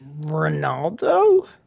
Ronaldo